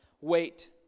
Wait